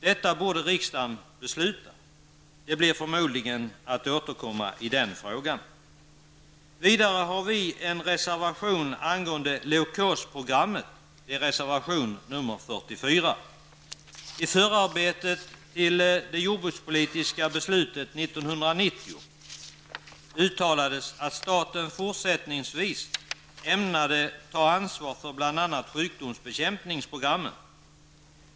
Detta borde riksdagen besluta. Vi får förmodligen anledning att återkomma till den frågan. Vidare har vi en reservation angående leukosprogrammet, nämligen reservation nr 44. I sjukdomsbekämpningsprogrammen.